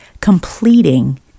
completing